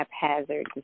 haphazard